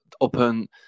open